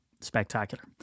spectacular